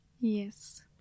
Yes